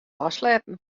ôfsletten